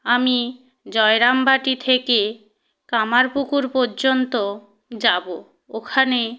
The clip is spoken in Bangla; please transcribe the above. আমি জয়রামবাটি থেকে কামারপুকুর পর্যন্ত যাবো ওখানে